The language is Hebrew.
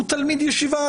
הוא תלמיד ישיבה,